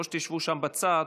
או שתשבו שם בצד,